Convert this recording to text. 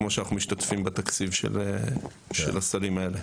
כמו שאנחנו משתתפים בתקציב של הסלים האלו.